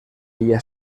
ella